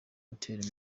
hotel